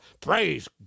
Praise